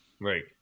right